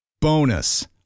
Bonus